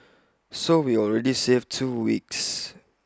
so we already save two weeks